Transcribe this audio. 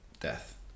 death